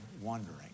wondering